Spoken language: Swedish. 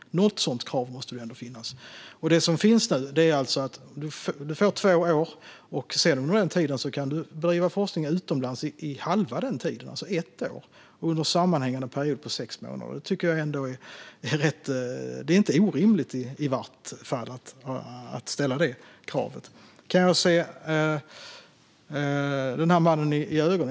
Som det är nu får du två år. Halva den tiden, alltså ett år, och under en sammanhängande period på sex månader kan du sedan bedriva forskning utomlands. Jag tycker inte att det är orimligt att ställa detta krav. Kan jag se Muhammad i ögonen?